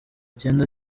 cyenda